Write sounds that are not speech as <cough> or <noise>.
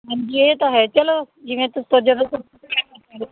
ਹਾਂਜੀ ਇਹ ਤਾਂ ਹੈ ਚਲੋ ਜਿਵੇਂ ਤੁਸੀਂ <unintelligible>